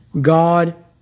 God